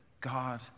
God